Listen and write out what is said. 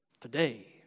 today